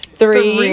three